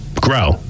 grow